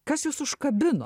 kas jus užkabino